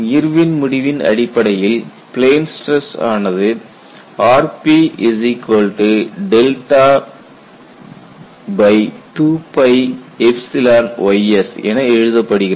Irwin முடிவின் அடிப்படையில் plane stress ஆனது rp 2ys என எழுதப்படுகிறது